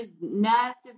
nurses